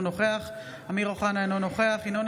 אינו נוכח אמיר אוחנה,